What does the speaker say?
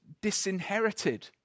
disinherited